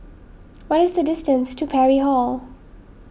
what is the distance to Parry Hall